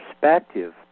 perspective